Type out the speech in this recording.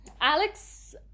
Alex